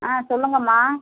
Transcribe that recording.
ஆ சொல்லுங்கம்மா